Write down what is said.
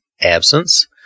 absence